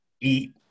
eat